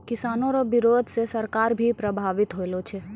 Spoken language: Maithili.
किसानो रो बिरोध से सरकार भी प्रभावित होलो छै